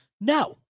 No